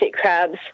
crabs